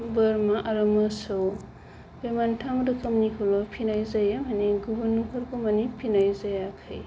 बोरमा आरो मोसौ बे मोनथाम रोखोमनिखौल' फिसिनाय जायो माने गुबुनफोरखौ माने फिसिनाय जायाखै